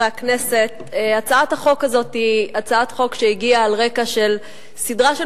היא הצעת חוק שהגיעה על רקע סדרה של